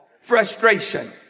Frustration